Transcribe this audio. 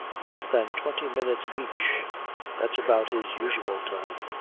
less than twenty minutes each that's about his usual time.